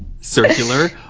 Circular